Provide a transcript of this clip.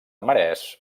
marès